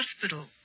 hospital